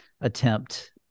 attempt